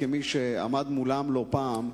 כמי שעמד מולם לא פעם,